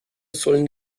sollen